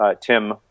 Tim